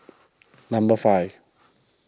number five